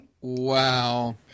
Wow